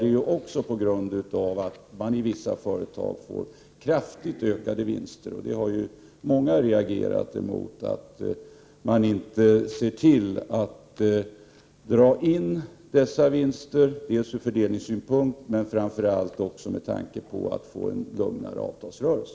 Den har sin grund i att man i vissa företag får kraftigt ökade vinster. Många har reagerat mot att man inte ser till att dra in dessa vinster, ur fördelningssynpunkt, men framför allt också med tanke på att man då skulle få en lugnare avtalsrörelse.